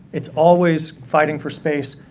it's always fighting for space,